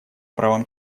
правам